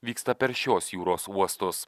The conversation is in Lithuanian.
vyksta per šios jūros uostus